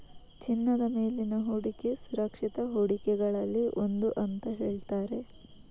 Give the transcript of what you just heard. ಚಿನ್ನದ ಮೇಲಿನ ಹೂಡಿಕೆ ಸುರಕ್ಷಿತ ಹೂಡಿಕೆಗಳಲ್ಲಿ ಒಂದು ಅಂತ ಹೇಳ್ತಾರೆ